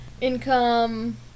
income